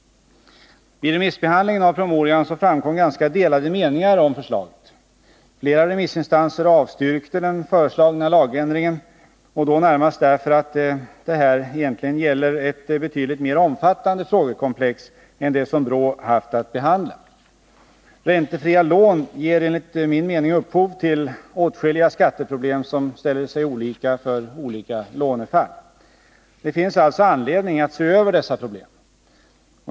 Vid remissbehandlingen av promemorian framkom ganska delade meningar om förslaget. Flera remissinstanser avstyrkte den föreslagna lagändringen och då närmast därför att det här egentligen gäller ett betydligt mer omfattande frågekomplex än det som BRÅ haft att behandla. Räntefria lån ger enligt min mening upphov till åtskilliga skatteproblem, som ställer sig olika för olika lånefall. Det finns alltså anledning att se över dessa problem.